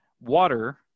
water